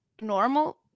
normal